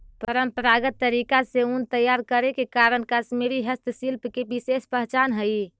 परम्परागत तरीका से ऊन तैयार करे के कारण कश्मीरी हस्तशिल्प के विशेष पहचान हइ